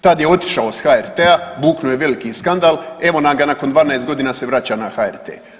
Tad je otišao s HRT-a, buknuo je veliki skandal, evo nam ga nakon 12 godina se vraća na HRT.